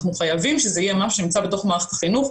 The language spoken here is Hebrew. אנחנו חייבים שזה יהיה משהו שנמצא בתוך מערכת החינוך,